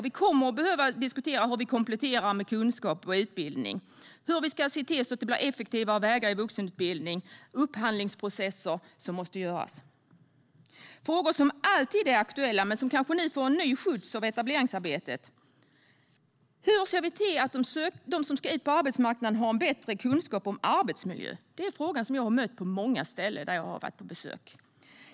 Vi kommer att behöva diskutera hur vi kompletterar med kunskap och utbildning och hur vi ska se till att det blir effektivare vägar i vuxenutbildningen. Upphandlingsprocesser måste göras. Frågor som alltid är aktuella men som nu kanske får en ny skjuts av etableringsarbetet är: Hur ser vi till att de som ska ut på arbetsmarknaden har en bättre kunskap om arbetsmiljö? Det är en fråga som jag har mött på många ställen där jag har varit på besök.